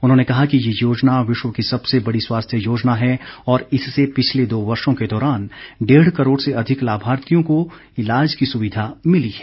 उन्होंने कहा कि ये योजना विश्व की सबसे बड़ी स्वास्थ्य योजना है और इससे पिछले दो वर्षों के दौरान डेढ़ करोड़ से अधिक लाभार्थियों को इलाज की सुविधा मिली है